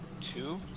Two